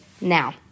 Now